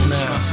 now